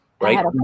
right